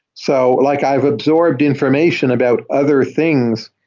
so like i've absorbed information about other things,